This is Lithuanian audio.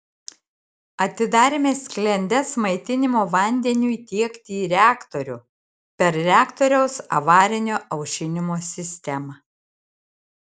atidarėme sklendes maitinimo vandeniui tiekti į reaktorių per reaktoriaus avarinio aušinimo sistemą